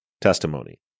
testimony